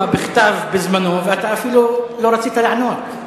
בכתב בזמנו ואתה אפילו לא רצית לענות.